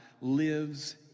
lives